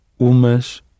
umas